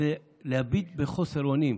וזה להביט בחוסר אונים.